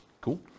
Cool